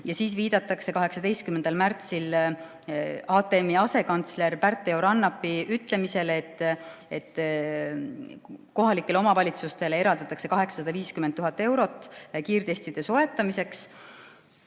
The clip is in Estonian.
Ja veel viidatakse 18. märtsil HTM-i asekantsleri Pärt-Eo Rannapi ütlemisele, et kohalikele omavalitsustele eraldatakse 850 000 eurot kiirtestide soetamiseks.